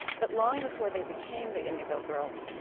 but long before they became the indigo girls,